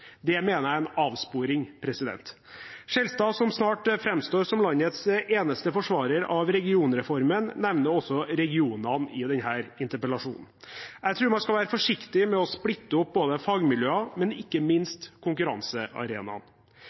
Det mener jeg er en avsporing. Skjelstad, som snart framstår som landets eneste forsvarer av regionreformen, nevner også regionene i denne interpellasjonen. Jeg tror man skal være forsiktig med å splitte opp både fagmiljøer og ikke minst